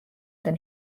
than